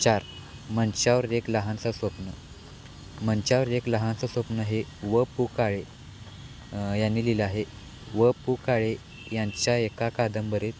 चार मंचावर एक लहानचा स्वप्न मंचावर एक लहानसं स्वप्न हे व पु काळे यानी लिहिलं आहे व पु काळे यांच्या एका कादंबरीत